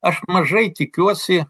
aš mažai tikiuosi